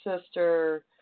sister